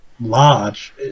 large